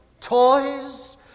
toys